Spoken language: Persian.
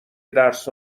درس